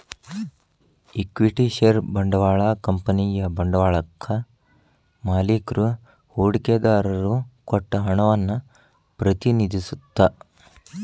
equity ಷೇರ ಬಂಡವಾಳ ಕಂಪನಿಯ ಬಂಡವಾಳಕ್ಕಾ ಮಾಲಿಕ್ರು ಹೂಡಿಕೆದಾರರು ಕೊಟ್ಟ ಹಣವನ್ನ ಪ್ರತಿನಿಧಿಸತ್ತ